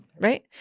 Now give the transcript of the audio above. right